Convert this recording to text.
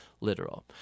literal